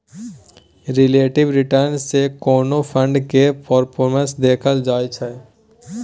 relative return सँ कोनो fund केर परफॉर्मेस देखल जाइ छै